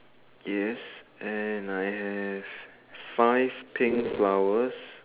yes and I have five pink flowers